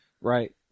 Right